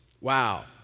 Wow